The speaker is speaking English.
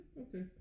okay